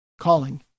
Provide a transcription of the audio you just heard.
calling